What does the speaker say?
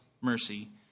mercy